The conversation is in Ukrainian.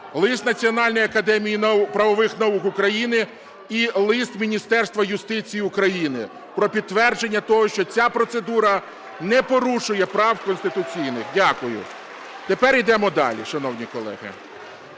лист Національної академії правових наук України і лист Міністерства юстиції України про підтвердження того, що ця процедура не порушує прав конституційних. Дякую. Тепер ідемо далі, шановні колеги.